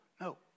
No